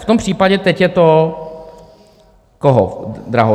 V tom případě teď je to koho drahota?